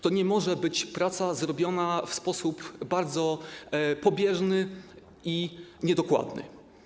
To nie może być praca wykonana w sposób bardzo pobieżny i niedokładny.